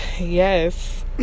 Yes